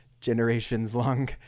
generations-long